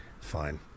Fine